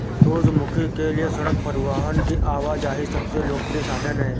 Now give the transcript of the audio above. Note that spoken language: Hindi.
सूरजमुखी के लिए सड़क परिवहन की आवाजाही सबसे लोकप्रिय साधन है